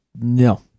No